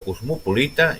cosmopolita